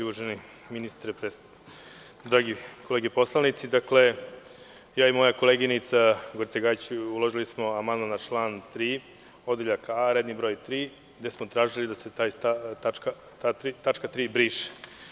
Uvaženi ministre, drage kolege poslanici, moja koleginica Gorica Gajić i ja uložili smo amandman na član 3, odeljak A, redni broj III, gde smo tražili da se tačka 3. briše.